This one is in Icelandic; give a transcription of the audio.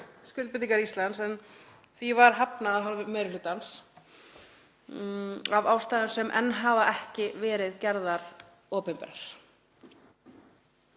skuldbindingar Íslands, en því var hafnað af hálfu meiri hlutans af ástæðum sem enn hafa ekki verið gerðar opinberar,